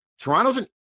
Toronto's